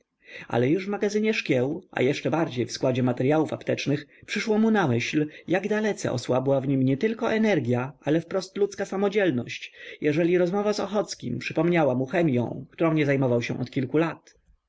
ale już w magazynie szkieł a jeszcze bardziej w składzie materyałów aptecznych przyszło mu na myśl jak dalece osłabła w nim nietylko energia ale wprost ludzka samodzielność jeżeli rozmowa z ochockim przypomniała mu chemią którą nie zajmował się od kilku lat